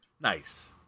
Nice